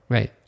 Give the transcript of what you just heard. Right